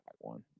one